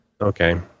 Okay